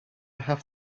have